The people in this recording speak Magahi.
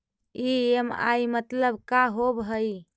ई.एम.आई मतलब का होब हइ?